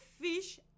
fish